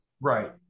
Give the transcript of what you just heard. Right